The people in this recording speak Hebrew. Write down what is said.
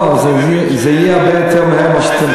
לא, זה יהיה הרבה יותר מהר ממה שאתם חולמים.